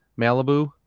Malibu